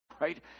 right